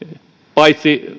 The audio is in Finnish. paitsi